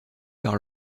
par